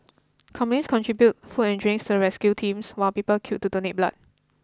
companies contributed food and drinks to the rescue teams while people queued to donate blood